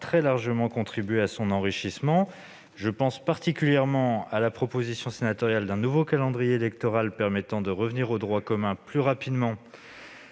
très largement contribué à son enrichissement. Je pense particulièrement à la proposition sénatoriale d'un nouveau calendrier électoral permettant de revenir au droit commun plus rapidement,